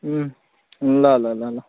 उम् ल ल ल